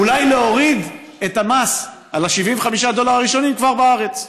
אולי להוריד את המס על ה-75 דולר הראשונים כבר בארץ.